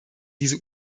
diese